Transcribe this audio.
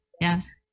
yes